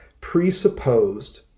presupposed